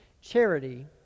charity